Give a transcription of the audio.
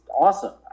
awesome